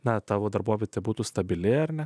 na tavo darbovietė būtų stabili ar ne